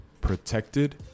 protected